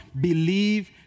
believe